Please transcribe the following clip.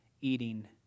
eating